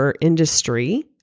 industry